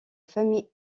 famille